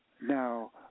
Now